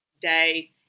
day